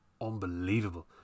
unbelievable